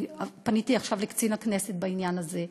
ואני פניתי עכשיו לקצין הכנסת בעניין הזה.